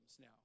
now